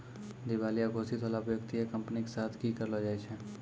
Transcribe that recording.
दिबालिया घोषित होला पे व्यक्ति या कंपनी के साथ कि करलो जाय छै?